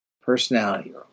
personality